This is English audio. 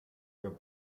your